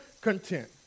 content